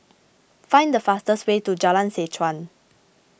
find the fastest way to Jalan Seh Chuan